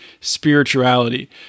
spirituality